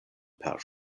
per